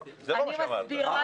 זה לא מה שאמרת.